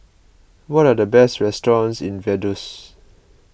what are the best restaurants in Vaduz